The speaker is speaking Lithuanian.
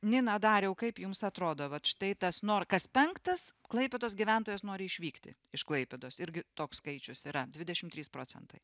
nina dariau kaip jums atrodo vat štai tas nu ar kas penktas klaipėdos gyventojas nori išvykti iš klaipėdos irgi toks skaičius yra dvidešim trys procentai